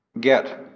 get